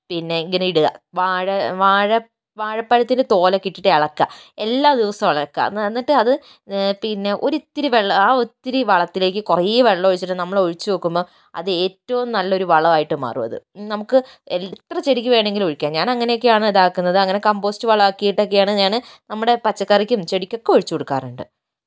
പിന്നെ ഇങ്ങനെ ഇടുക വാഴ വാഴ വാഴപ്പഴത്തിൻ്റെ തോലൊക്കെ ഇട്ടിട്ട് ഇളക്കുക എല്ലാദിവസവും ഇളക്കുക എന്നിട്ട് അത് പിന്നെ ഒരിത്തിരി ആ ഒത്തിരി വളത്തിലേക്ക് കുറെ വെള്ളമൊഴിച്ചിട്ട് നമ്മള് ഒഴിച്ചു വെക്കുമ്പോൾ അതേറ്റവും നല്ലൊരു വളവായിട്ട് മാറുമത് നമുക്ക് എത്ര ചെടിക്ക് വേണെങ്കിലും ഒഴിക്കാം ഞാനങ്ങനെയൊക്കെയാണ് ഇതാക്കുന്നത് അങ്ങനെ കമ്പോസ്റ് വളമാക്കിയിട്ടൊക്കെയാണ് ഞാന് നമ്മുടെ പച്ചക്കറിക്കും ചെടിക്കും ഒക്കെ ഒഴിച്ചു കൊടുക്കാറുണ്ട്